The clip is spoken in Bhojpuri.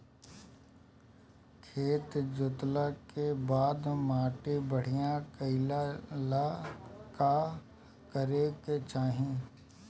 खेत जोतला के बाद माटी बढ़िया कइला ला का करे के चाही?